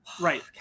right